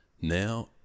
Now